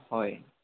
হয়